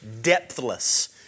depthless